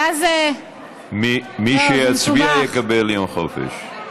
מי שיצביע יקבל יום חופש,